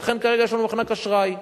ולכן כרגע יש לנו מחנק אשראי.